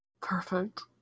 Perfect